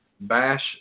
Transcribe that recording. Bash